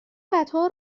قطار